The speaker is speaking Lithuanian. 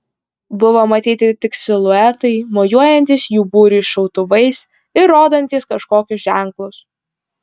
buvo matyti tik siluetai mojuojantys jų būriui šautuvais ir rodantys kažkokius ženklus